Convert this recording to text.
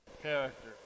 character